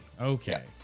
Okay